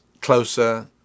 closer